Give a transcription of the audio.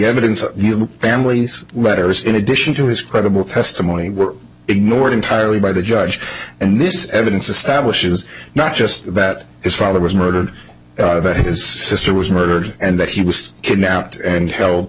evidence of the family's letters in addition to his credible testimony were ignored entirely by the judge and this evidence establishes not just that his father was murdered his sister was murdered and that he was kidnapped and held